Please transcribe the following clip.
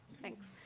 thanks.